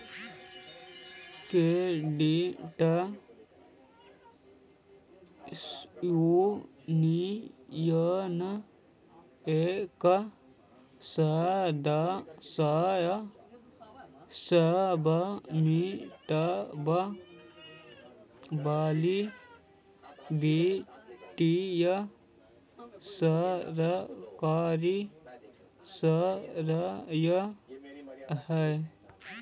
credit union एक सदस्य स्वामित्व वाली वित्तीय सरकारी संस्था हइ